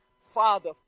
Father